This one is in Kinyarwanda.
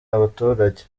abaturage